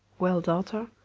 well, daughter,